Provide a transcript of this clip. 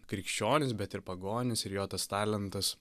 krikščionis bet ir pagonis ir jo tas talentas